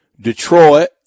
Detroit